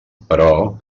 però